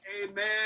Amen